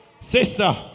Sister